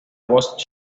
voz